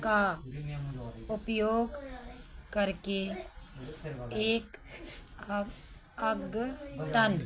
का उपयोग करके एक अग अद्यतन